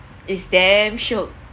it's damn shiok